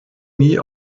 nie